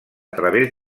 través